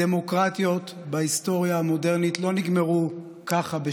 הדמוקרטיות בהיסטוריה המודרנית לא נגמרו ככה,